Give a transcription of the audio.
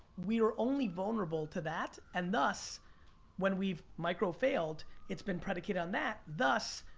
we are only vulnerable to that, and thus when we've micro failed, it's been predicated on that. thus,